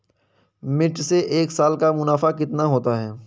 मिर्च से एक साल का मुनाफा कितना होता है?